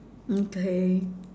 okay